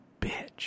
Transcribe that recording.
bitch